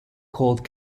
called